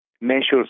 measures